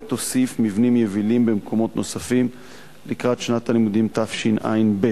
ותוסיף מבנים יבילים במקומות נוספים לקראת שנת הלימודים תשע"ב.